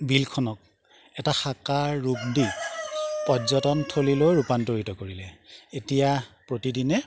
বিলখনক এটা সাকাৰ ৰোগ দি পৰ্যটনথলীলৈ ৰূপান্তৰিত কৰিলে এতিয়া প্ৰতিদিনে